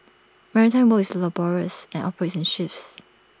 maritime work is laborious and operates in shifts